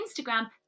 instagram